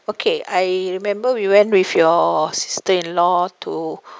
okay I remember we went with your sister in law to